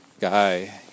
guy